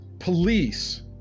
Police